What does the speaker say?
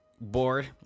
bored